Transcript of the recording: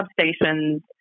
substations